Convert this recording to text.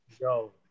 Yo